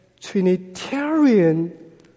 Trinitarian